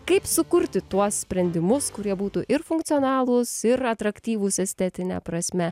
kaip sukurti tuos sprendimus kurie būtų ir funkcionalūs ir atraktyvūs estetine prasme